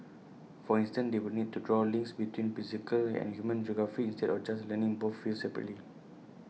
for instance they will need to draw links between physical and human geography instead of just learning both fields separately